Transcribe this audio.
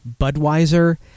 Budweiser